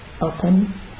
open